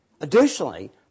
Additionally